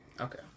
Okay